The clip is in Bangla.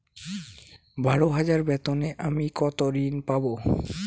বারো হাজার বেতনে আমি কত ঋন পাব?